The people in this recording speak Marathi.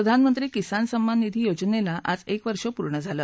प्रधानमंत्री किसान सन्माननिधी योजनेला आज एक वर्ष पूर्ण झालं